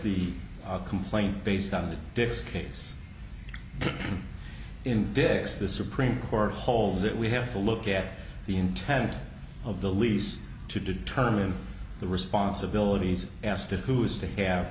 the complaint based on the defense case in days the supreme court holds that we have to look at the intent of the lease to determine the responsibilities as to who is to have